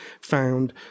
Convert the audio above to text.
found